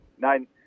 nine